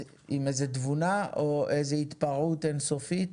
עם איזה תבונה או איזה התפרעות אינסופית,